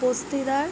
Dastidar